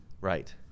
Right